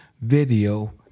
video